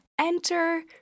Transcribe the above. Enter